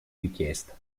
richiesta